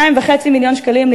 2.5 מיליון שקלים,